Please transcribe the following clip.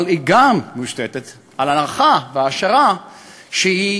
אבל היא גם מושתתת על ההנחה וההשערה שהיא